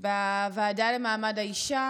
בוועדה למעמד האישה,